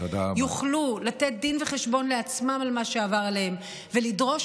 יוכלו לתת דין וחשבון לעצמם על מה שעבר עליהם ולדרוש